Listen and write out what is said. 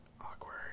Awkward